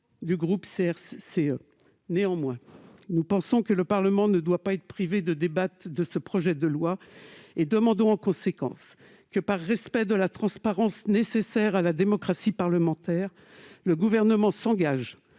du groupe CRCE. Néanmoins, nous pensons que le Parlement ne doit pas être privé de débattre de ce projet de loi et demandons en conséquence que, par respect de la transparence nécessaire à la démocratie parlementaire, le Gouvernement s'engage